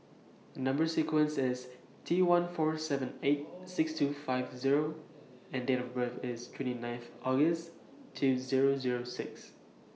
Number sequence IS T one four seven eight six two five O and Date of birth IS twenty ninth August two Zero Zero six